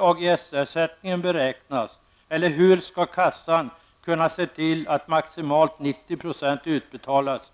AGS-ersättningen beräknas, eller hur skall kassan kunna se till att maximalt 90 % utbetalas